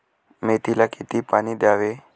मेथीला किती पाणी द्यावे?